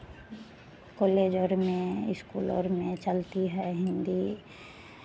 college और में school और में चलती है हिन्दी